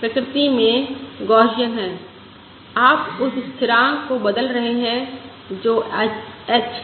प्रकृति में गौसियन है आप उस स्थिरांक को बदल रहे हैं जो h है